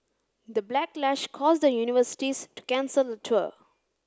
the backlash caused the universities to cancel the tour